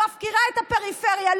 מפקירה את הפריפריה,